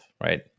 right